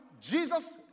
Jesus